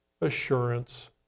assurance